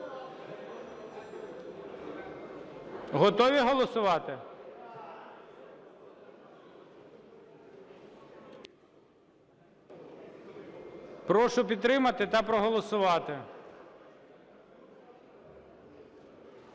Готові голосувати? Прошу підтримати та проголосувати.